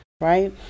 right